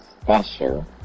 special